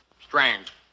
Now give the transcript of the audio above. strange